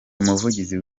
umuvugizi